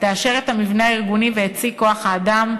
תאשר את המבנה הארגוני ואת שיא כוח-האדם,